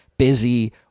busy